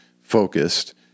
focused